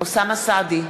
אוסאמה סעדי,